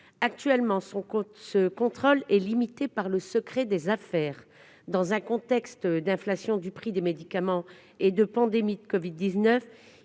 Actuellement, ce contrôle est limité par le secret des affaires. Or, dans le contexte actuel d'inflation du prix des médicaments et de pandémie de covid-19,